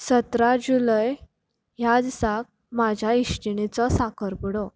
सतरा जुलय ह्या दिसाक म्हाज्या इश्टिणीचो साखरपुडो